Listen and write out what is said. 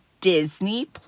Disney+